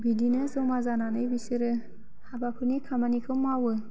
बिदिनो ज'मा जानानै बिसोरो हाबाफोरनि खामानिखौ मावो